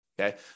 okay